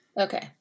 Okay